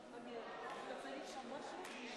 דרך אפשרית באומה הבריטית,